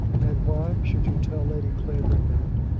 and why should you tell lady clavering that?